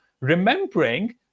Remembering